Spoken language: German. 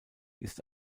ist